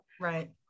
Right